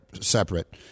separate